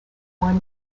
one